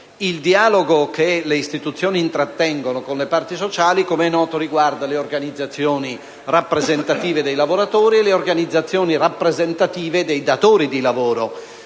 Il dialogo che le istituzioni intrattengono con le parti sociali - come è noto - riguarda le organizzazioni rappresentative dei lavoratori e quelle dei datori di lavoro.